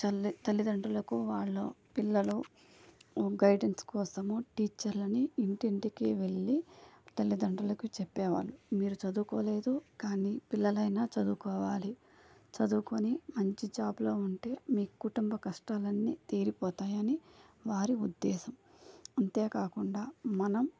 తల్లి తల్లిదండ్రులకు వాళ్ళు పిల్లలు గైడెన్స్ కోసం టీచర్లని ఇంటింటికి వెళ్ళి తల్లిదండ్రులకు చెప్పేవారు మీరు చదువుకోలేదు కానీ పిల్లలైనా చదువుకోవాలి చదువుకొని మంచి జాబ్లో ఉంటే మీ కుటుంబ కష్టాలన్నీ తీరిపోతాయని వారి ఉద్దేశం అంతేకాకుండా మనం